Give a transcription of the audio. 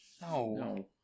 No